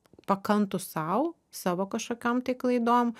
pakantūs sau savo kažkokiom tai klaidom